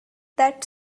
that